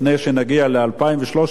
לפני שנגיע ל-2013.